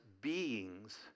beings